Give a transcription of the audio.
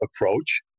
approach